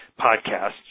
podcasts